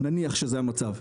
נניח שזה המצב,